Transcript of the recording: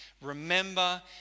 Remember